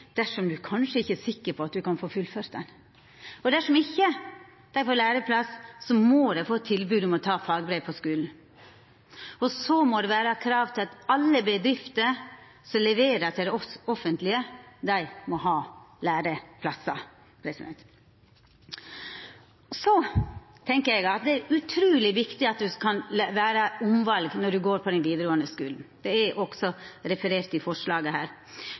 dersom ein kanskje ikkje er sikker på om ein kan få fullført. Dersom ein ikkje får læreplass, må ein få tilbod om å ta fagbrev på skulen. Det må òg vera krav om at alle bedrifter som leverer til det offentlege, må ha læreplassar. Så tenkjer eg at det er utruleg viktig med omval når ein går på vidaregåande skule – det er også referert i forslaget